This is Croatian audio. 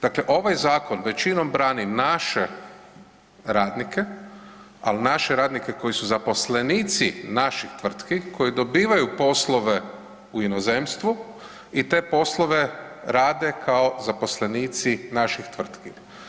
Dakle, ovaj zakon većinom brani naše radnike ali naše radnike koji su zaposlenici naših tvrtki koji dobivaju poslove u inozemstvu i te poslove rade kao zaposlenici naših tvrtki.